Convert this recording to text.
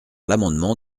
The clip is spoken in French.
l’amendement